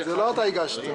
לא אתה הגשת.